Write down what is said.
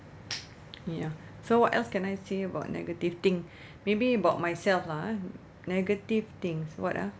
ya so what else can I say about negative thing maybe about myself lah ah negative things what ah